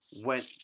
went